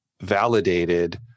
validated